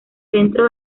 centro